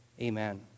Amen